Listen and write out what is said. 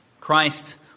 Christ